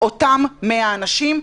אותם 100 אנשים,